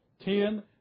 Ten